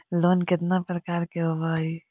Loan केतना प्रकार के होव हइ?